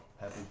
Happy